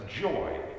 joy